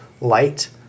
light